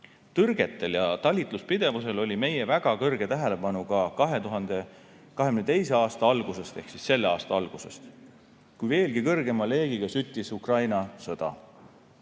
Tõrgetel ja talitluspidevusel oli meie kõrgendatud tähelepanu ka 2022. aasta ehk selle aasta alguses, kui veelgi kõrgema leegiga süttis Ukraina sõda.